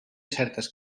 certes